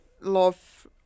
Love